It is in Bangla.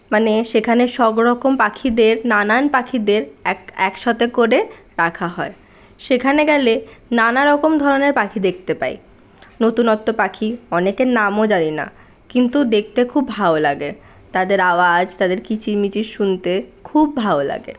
মানে সেখানে সবরকম পাখিদের নানা পাখিদের এক একসাথে করে রাখা হয় সেখানে গেলে নানারকম ধরনের পাখি দেখতে পাই নতুনত্ব পাখি অনেকের নামও জানিনা কিন্তু দেখতে খুব ভালো লাগে তাদের আওয়াজ তাদের কিচিরমিচির শুনতে খুব ভালো লাগে